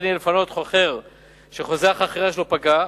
יהיה לפנות חוכר שחוזה החכירה שלו פקע,